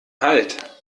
halt